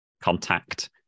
contact